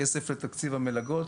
כסף לתקציב המלגות.